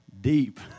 Deep